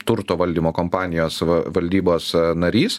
turto valdymo kompanijos valdybos narys